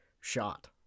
shot